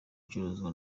icuruzwa